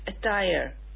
attire